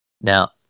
Now